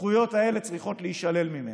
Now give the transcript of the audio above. הזכויות האלה צריכות להישלל ממנו.